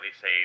say